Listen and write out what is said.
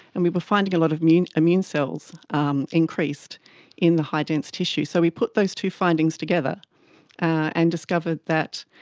and we were finding a lot of immune cells um increased in the high dense tissue. so we put those two findings together and discovered that